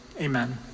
amen